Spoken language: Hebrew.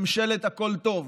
ממשלת הכול טוב,